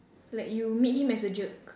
like you meet him as a jerk